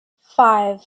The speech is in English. five